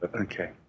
Okay